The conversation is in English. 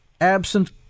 absent